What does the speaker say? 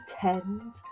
pretend